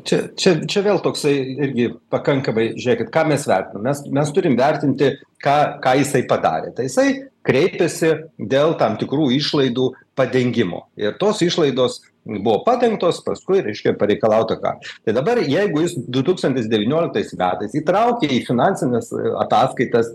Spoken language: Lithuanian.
čia čia čia vėl toksai irgi pakankamai žiūrėkit ką mes vertinam mes mes turim vertinti ką ką jisai padarė tai jisai kreipėsi dėl tam tikrų išlaidų padengimo ir tos išlaidos buvo padengtos paskui reiškia pareikalauta ką tai dabar jeigu jis du tūkstantis devynioliktais metais įtraukė į finansines ataskaitas